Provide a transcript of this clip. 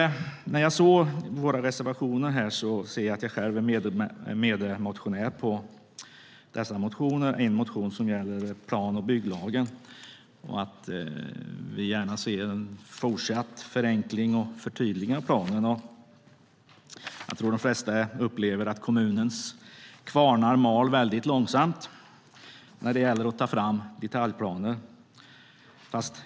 När jag tittar på våra reservationer ser jag att jag själv är medmotionär på de motioner som reservationerna hänvisar till. En motion gäller plan och bygglagen. Vi vill gärna se en fortsatt förenkling och ett förtydligande av planen. Jag tror att de flesta upplever att kommunens kvarnar mal långsamt när det gäller att ta fram detaljplaner.